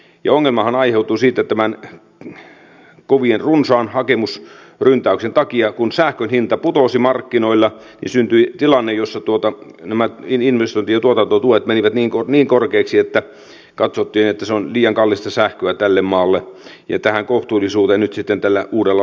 jongemaan aiheutuu siitä tämän ne ongelmahan aiheutui tästä kovin runsaasta hakemusryntäyksestä kun sähkön hinta putosi markkinoilla ja syntyi tilanne jossa nämä investointi ja tuotantotuet menivät niin korkeiksi että katsottiin että se on liian kallista sähköä tälle maalle ja tähän kohtuullisuuteen nyt sitten tällä uudella lakiesityksellä päästään